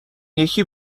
یکی